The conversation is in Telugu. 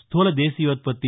స్థూల దేశీయోత్పత్తి